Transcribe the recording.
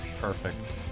Perfect